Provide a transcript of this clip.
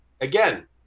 Again